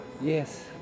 Yes